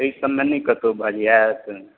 अइ सबमे नहि कतहुँ भऽ जाएत